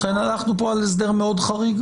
לכן אנחנו פה על הסדר מאוד חריג.